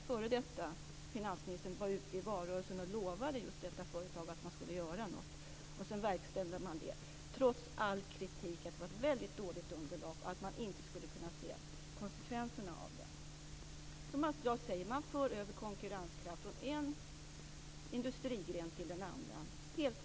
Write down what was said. Förre finansministern lovade i valrörelsen just detta företag att man skulle göra någonting, och sedan verkställdes detta trots all kritik på grund av att det var ett dåligt underlag och att det inte gick att se konsekvenserna av det. Man för alltså över konkurrenskraft från en industrigren till en annan.